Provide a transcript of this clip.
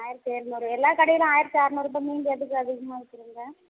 ஆயிரத்தி எழுநூறு எல்லா கடையிலையும் ஆயிரத்தி அறுநூறுபாய் நீங்கள் எதுக்கு அதிகமாக விற்கிறீங்க